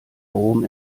brom